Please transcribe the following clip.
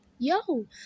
Yo